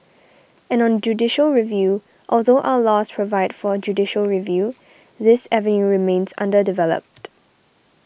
and on judicial review although our laws provide for judicial review this avenue remains underdeveloped